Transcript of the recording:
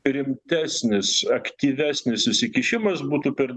rimtesnis aktyvesnis įsikišimas būtų per